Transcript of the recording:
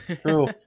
True